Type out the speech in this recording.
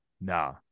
nah